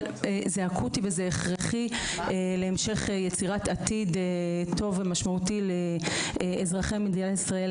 אבל זה אקוטי והכרחי להמשך יצירת עתיד טוב ומשמעותי לאזרחי מדינת ישראל,